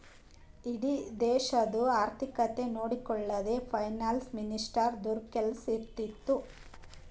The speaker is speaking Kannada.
ಇಡೀ ದೇಶದು ಆರ್ಥಿಕತೆ ನೊಡ್ಕೊಳದೆ ಫೈನಾನ್ಸ್ ಮಿನಿಸ್ಟರ್ದು ಕೆಲ್ಸಾ ಇರ್ತುದ್